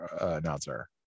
announcer